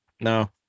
No